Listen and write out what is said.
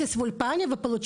(מדברת ברוסית).